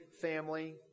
family